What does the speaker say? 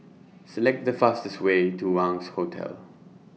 Select The fastest Way to Wangz Hotel